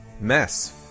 mess